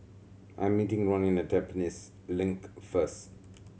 I am meeting Ronin at Tampines Link first